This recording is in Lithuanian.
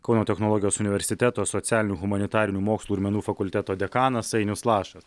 kauno technologijos universiteto socialinių humanitarinių mokslų ir menų fakulteto dekanas ainius lašas